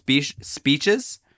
speeches